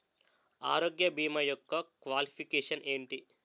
ఆరోగ్య భీమా యెక్క క్వాలిఫికేషన్ ఎంటి?